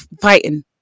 fighting